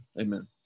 Amen